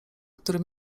który